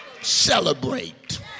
Celebrate